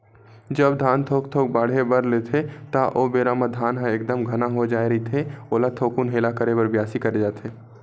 जब धान थोक थोक बाड़हे बर लेथे ता ओ बेरा म धान ह एकदम घना हो जाय रहिथे ओला थोकुन हेला करे बर बियासी करे जाथे